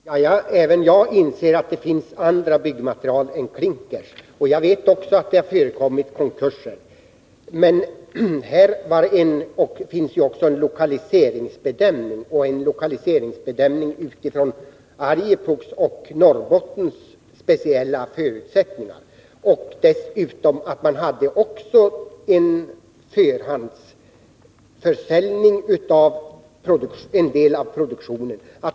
Herr talman! Även jag inser att det finns andra byggmaterial än klinker. Jag vet också att det förekommit konkurser. Men här finns det också en lokaliseringsaspekt med hänsyn till Arjeplogs och Norrbottens speciella förutsättningar. Dessutom var det även fråga om en förhandsförsäljning av en del av produktionen.